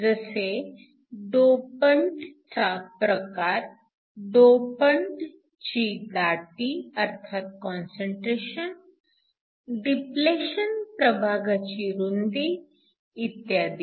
जसे डोपन्टचा प्रकार डोपन्टची दाटी अर्थात कॉन्सन्ट्रेशन डिप्लेशन प्रभागाची रुंदी इत्यादि